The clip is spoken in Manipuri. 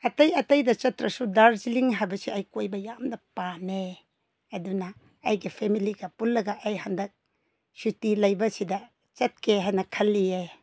ꯑꯇꯩ ꯑꯇꯩꯗ ꯆꯠꯇ꯭ꯔꯁꯨ ꯗꯥꯔꯖꯤꯂꯤꯡ ꯍꯥꯏꯕꯁꯦ ꯑꯩ ꯀꯣꯏꯕ ꯌꯥꯝꯅ ꯄꯥꯝꯃꯦ ꯑꯗꯨꯅ ꯑꯩꯒꯤ ꯐꯦꯃꯤꯂꯤꯒ ꯄꯨꯜꯂꯒ ꯑꯩ ꯍꯟꯗꯛ ꯁꯨꯇꯤ ꯂꯩꯕꯁꯤꯗ ꯆꯠꯀꯦ ꯍꯥꯏꯅ ꯈꯜꯂꯤꯌꯦ